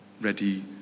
ready